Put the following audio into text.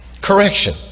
Correction